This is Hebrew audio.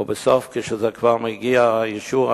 ובסוף, כשמגיע האישור,